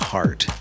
Heart